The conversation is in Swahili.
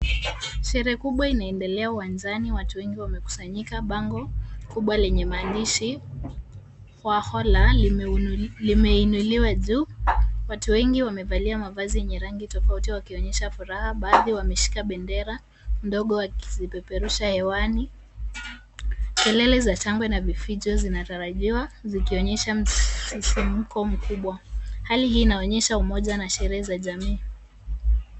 Sherehe kubwa inaendelea uwanjani. Watu wengi wamekusanyika. Bango kubwa lenye maandishi wahola limeinuliwa juu. Watu wengi wamevalia mavazi yenye rangi tofauti wakionyesha furaha, baadhi wameshika bendera ndogo wakizipeperusha hewani. Kelele za shangwe na vifijo zinatarajiwa zikionyesha msisimko mkubwa. Hali hii inaonyesha umoja na sherehe za jamii.